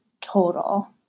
total